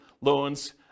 loans